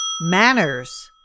manners